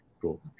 cool